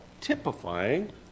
Typifying